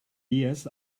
years